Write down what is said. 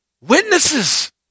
Witnesses